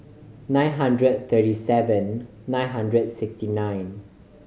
nine hundred thirty seven nine hundred sixty nine